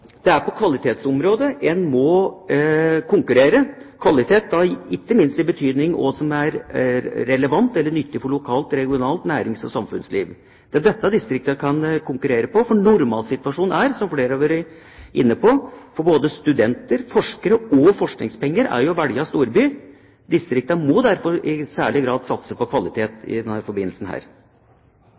er på kvalitetsområdet en må konkurrere. Kvalitet – ikke minst i betydningen hva som er relevant eller nyttig for lokalt og regionalt nærings- og samfunnsliv. Det er dette distriktene kan konkurrere på, for normalsituasjonen er, som flere har vært inne på, for både studenter, forskere og forskningspenger, å velge storby – distriktene må derfor i særlig grad satse på kvalitet i denne